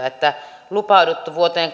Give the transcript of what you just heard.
että lupauduttu vuoteen